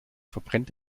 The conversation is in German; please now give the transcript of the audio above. verbrennt